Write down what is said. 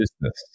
business